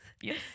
yes